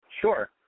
Sure